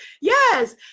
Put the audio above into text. yes